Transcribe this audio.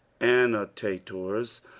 annotators